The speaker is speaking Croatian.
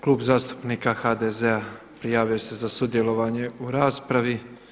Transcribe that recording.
Klub zastupnika HDZ-a prijavio se za sudjelovanje u raspravi.